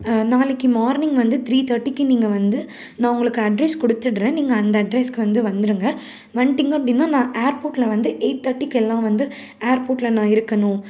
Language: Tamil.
நாளைக்கு மார்னிங் வந்து த்ரீ தேர்ட்டிக்கு நீங்கள் வந்து நான் உங்களுக்கு அட்ரஸ் கொடுத்துட்றேன் நீங்கள் அந்த அட்ரஸ்க்கு வந்து வந்துடுங்க வந்துட்டிங்க அப்டின்னா நான் ஏர்போட்டில் வந்து எயிட் தேர்ட்டிக்கெல்லாம் வந்து ஏர்போட்டில் நான் இருக்கணும்